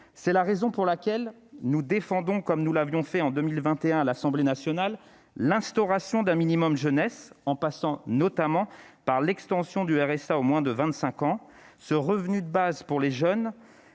C'est la raison pour laquelle nous défendons, comme nous l'avions fait en 2021 à l'Assemblée nationale, l'instauration d'un « minimum jeunesse », qui passerait notamment par l'extension du RSA au moins de 25 ans. Ce revenu de base pour les jeunes